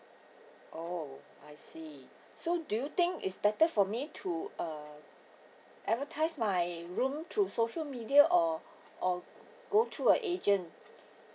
oh I see so do you think is better for me to uh advertise my room through social media or or go through a agent